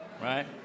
right